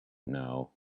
know